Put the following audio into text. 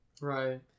right